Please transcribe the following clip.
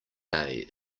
day